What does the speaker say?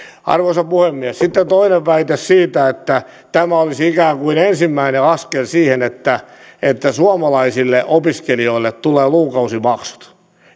arvoisa puhemies sitten toinen väite siitä että tämä olisi ikään kuin ensimmäinen askel siihen että että suomalaisille opiskelijoille tulee lukukausimaksut